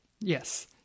yes